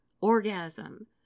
orgasm